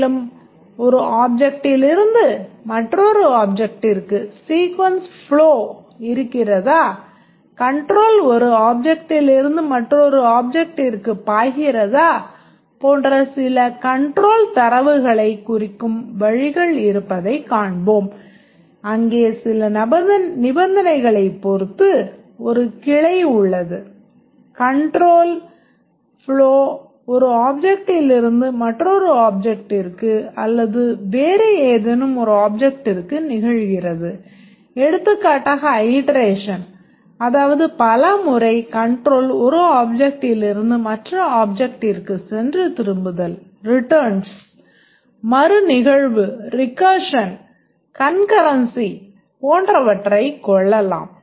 மேலும் ஒரு ஆப்ஜெக்ட்டிலிருந்து மற்றொரு ஆப்ஜெக்ட்டிற்கு சீக்வென்ஸ் ஃப்ளோ கன்கரன்சி போன்றவற்றைக் கொள்ளலாம்